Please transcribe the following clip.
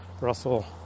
Russell